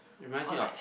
or like